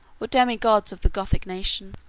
or demi gods of the gothic nation.